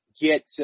get